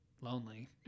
lonely